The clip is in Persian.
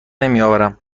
نمیآورم